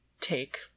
take